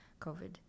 COVID